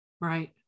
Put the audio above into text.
Right